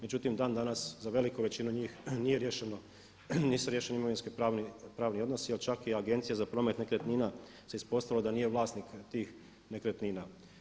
Međutim, dan danas za veliku većinu njih nije riješeno, nisu riješeni imovinsko pravni odnosi, jer čak i Agencija za promet nekretnina se ispostavilo da nije vlasnik tih nekretnina.